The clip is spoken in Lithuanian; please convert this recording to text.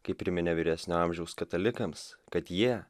kai priminė vyresnio amžiaus katalikams kad jie